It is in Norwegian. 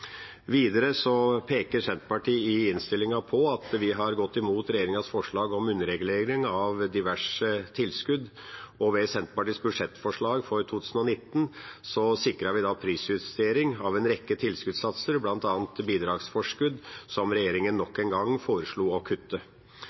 Videre peker Senterpartiet i innstillinga på at vi har gått imot regjeringas forslag om underregulering av diverse tilskudd. Ved Senterpartiets budsjettforslag for 2019 sikret vi prisjustering av en rekke tilskuddssatser, bl.a. bidragsforskudd som regjeringa nok en gang foreslo å kutte.